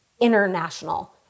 international